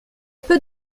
peu